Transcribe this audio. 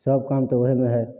सब काम तऽ वएहेमे हइ